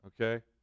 okay